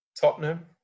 Tottenham